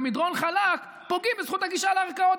במדרון חלק פוגעים בזכות הגישה לערכאות.